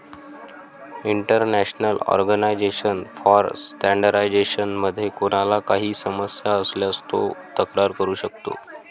international organisation for standardisation मध्ये कोणाला काही समस्या असल्यास तो तक्रार करू शकतो